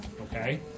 okay